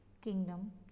kingdom